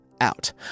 Out